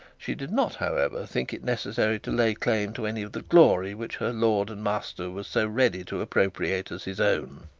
she did not, however, think it necessary to lay claim to any of the glory which her lord and master was so ready to appropriate as his own.